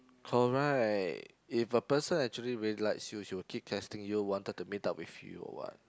correct if a person actually really likes you she will keep texting you wanted to meet up with you or what